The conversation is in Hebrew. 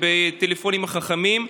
טלפונים חכמים,